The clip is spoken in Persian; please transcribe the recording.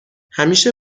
همیشه